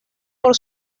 por